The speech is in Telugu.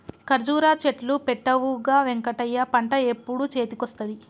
కర్జురా చెట్లు పెట్టవుగా వెంకటయ్య పంట ఎప్పుడు చేతికొస్తది